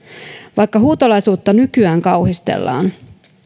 vaikka huutolaisuutta nykyään kauhistellaan